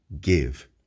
give